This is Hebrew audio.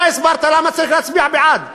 אתה הסברת למה צריך להצביע בעד,